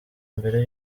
mbere